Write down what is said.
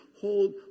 hold